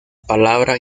palabra